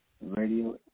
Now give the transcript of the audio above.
Radio